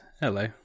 Hello